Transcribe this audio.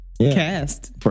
cast